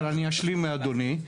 אבל אני אשלים לאדוני.